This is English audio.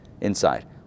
inside